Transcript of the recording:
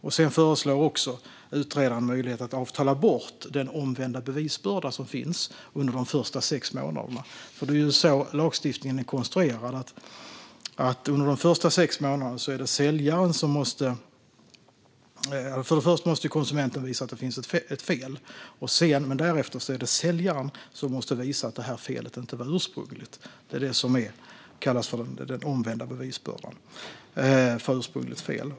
Utredaren föreslår också en möjlighet att avtala bort den omvända bevisbörda som finns under de första sex månaderna. Det är så lagstiftningen är konstruerad: Under de första sex månaderna måste konsumenten först visa att det finns ett fel, och därefter är det säljaren som måste visa att detta fel inte var ursprungligt. Det är detta som kallas för den omvända bevisbördan för ursprungligt fel.